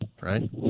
right